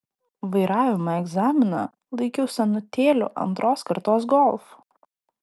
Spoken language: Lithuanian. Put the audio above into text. vairavimo egzaminą laikiau senutėliu antros kartos golf